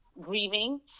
grieving